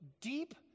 deep